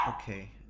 okay